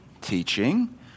Teaching